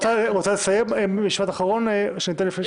רוצה לסיים משפט אחרון שאתן לך לפני שחבר הכנסת ידבר?